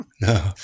no